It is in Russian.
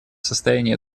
состоянии